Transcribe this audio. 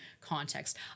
context